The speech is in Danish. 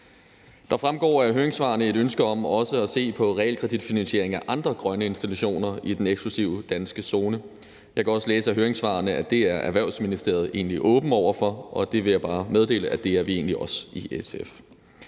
Der fremgår af høringssvarene et ønske om også at se på realkreditfinansiering af andre grønne institutioner i Danmarks eksklusive økonomiske zone. Jeg kan også læse af høringssvarene, at det er Erhvervsministeriet egentlig åben over for, og der vil jeg bare meddele, at det er vi egentlig også i SF.